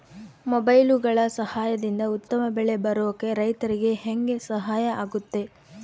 ಮೊಬೈಲುಗಳ ಸಹಾಯದಿಂದ ಉತ್ತಮ ಬೆಳೆ ಬರೋಕೆ ರೈತರಿಗೆ ಹೆಂಗೆ ಸಹಾಯ ಆಗುತ್ತೆ?